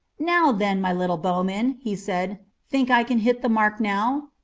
now then, my little bowman, he said think i can hit the mark now?